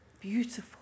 Beautiful